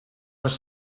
was